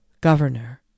governor